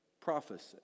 Prophecy